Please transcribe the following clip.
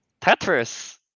Tetris